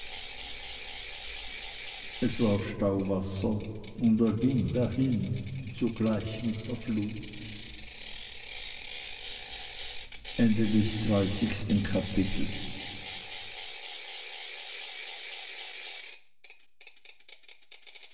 es war stauwasser und er ging dahin zugleich mit der flut